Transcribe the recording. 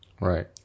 Right